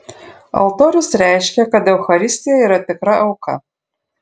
altorius reiškė kad eucharistija yra tikra auka